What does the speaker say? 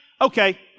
okay